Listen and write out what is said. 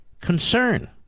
concern